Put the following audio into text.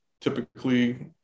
typically